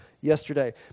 yesterday